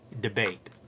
debate